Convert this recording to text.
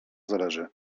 zależy